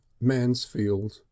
mansfield